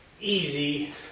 easy